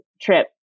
trip